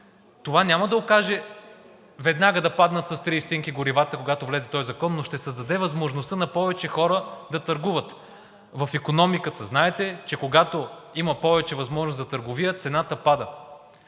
това няма да окаже – веднага да паднат с 0,30 ст. горивата, когато влезе този закон, но ще се създаде възможността на повече хора да търгуват. В икономиката, знаете, че когато има повече възможност за търговия, цената пада.